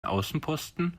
außenposten